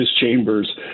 chambers